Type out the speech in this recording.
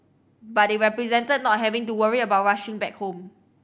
but it represented not having to worry about rushing back home